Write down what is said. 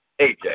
AJ